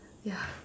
ya